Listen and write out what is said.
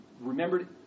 remembered